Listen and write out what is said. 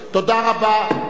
תודה רבה.